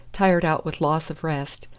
tired out with loss of rest,